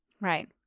Right